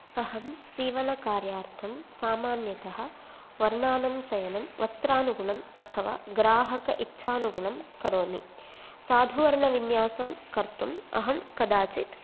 अहं सीवनकार्यार्थं सामान्यतः वर्णानां चयनं वस्त्रानुगुणम् अथवा ग्राहक इच्छानुगुणं करोमि साधुवर्णविन्यासं कर्तुम् अहं कदाचित्